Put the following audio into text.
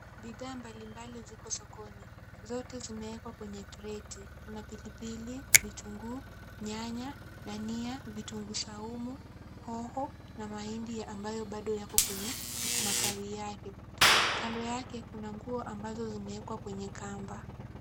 Bidhaa mbalimbali ziko sokoni zote zimewekwa kwenye kreti. Kuna pilipil, vitunguu, nyanya , dhania, vitunguu saumu , hoho na mahindi ambayo bado yako kwenye matawi yake. Kando yake kuna nguo ambazo zimeekwa kwenye kamba.